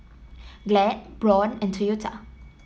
Glad Braun and Toyota